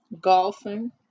golfing